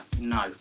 No